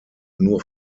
nur